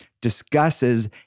discusses